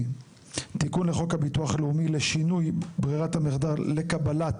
תיקון לחוק הביטוח הלאומי לשינוי ברירת המחדל לקבלת